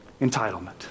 entitlement